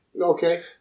Okay